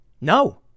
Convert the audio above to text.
No